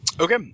Okay